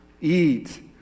eat